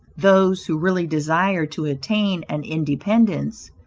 those who really desire to attain an independence,